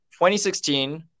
2016